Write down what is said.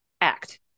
act